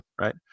right